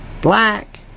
black